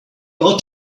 ought